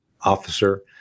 officer